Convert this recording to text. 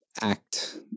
act